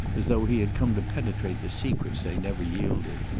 as though he had come to penetrate the secrets they never yielded.